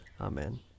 Amen